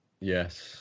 Yes